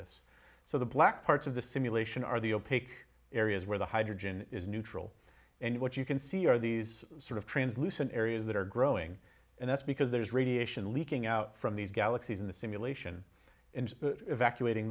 this so the black parts of the simulation are the opaque areas where the hydrogen is neutral and what you can see are these sort of translucent areas that are growing and that's because there's radiation leaking out from these galaxies in the simulation and evacuating